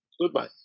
Goodbye